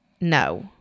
no